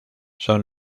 son